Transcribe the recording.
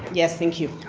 yeah thank you.